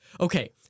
okay